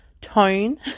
tone